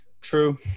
True